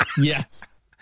Yes